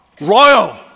royal